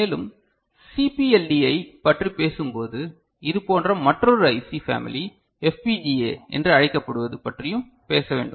மேலும் சிபிஎல்டியைப் பற்றி பேசும்போது இதுபோன்ற மற்றொரு ஐசி பேமிலி FPGA என்று அழைக்கப்படுவது பற்றியும் பேச வேண்டும்